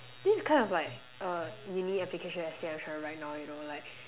this is kind of like a uni application essay I'm trying to write right now you know like